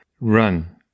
run